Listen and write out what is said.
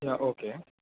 yeah okay